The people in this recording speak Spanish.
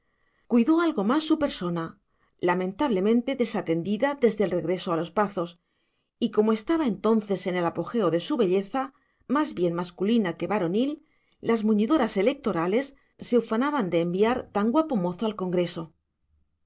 prendas físicas cuidó algo más de su persona lamentablemente desatendida desde el regreso a los pazos y como estaba entonces en el apogeo de su belleza más bien masculina que varonil las muñidoras electorales se ufanaban de enviar tan guapo mozo al congreso